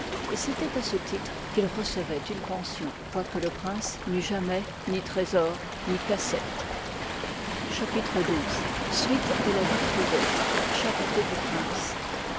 et c'étoit à ce titre qu'il recevoit une pensiœi quoique le prince n'eût jamais ni trésor ni cassette chapitre xii ouitè âe fa vie privée charité du prince